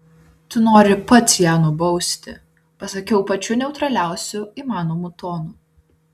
tu nori pats ją nubausti pasakiau pačiu neutraliausiu įmanomu tonu